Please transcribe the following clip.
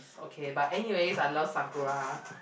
okay but anyways I love Sakura